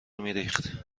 میریخت